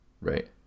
Right